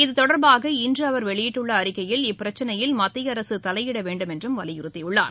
இது தொடர்பாக இன்று அவர் வெளியிட்டுள்ள அறிக்கையில் இப்பிரச்சினையில் மத்திய அரசு தலையிட வேண்டுமென்றும் வலியுறுத்தியுள்ளார்